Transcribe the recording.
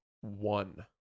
one